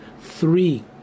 three